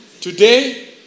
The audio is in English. Today